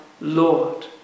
Lord